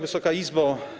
Wysoka Izbo!